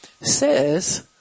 says